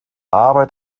arbeit